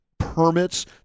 Permits